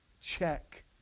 check